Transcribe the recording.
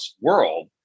world